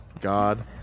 god